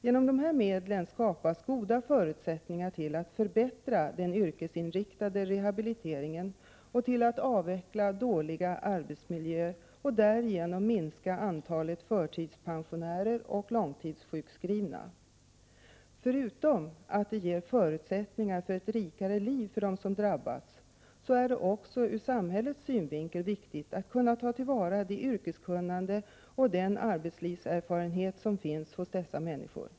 Genom de här medlen skapas goda förutsättningar att förbättra den yrkesinriktade rehabiliteringen samt avveckla dåliga arbetsmiljöer och därigenom minska antalet förtidspensionärer och långtidssjukskrivna. Förutom att det ger förutsättningar för ett rikare liv för dem som drabbats är det också ur samhällets synvinkel viktigt att kunna ta till vara det yrkeskunnande och den arbetslivserfarenhet som finns hos dessa människor.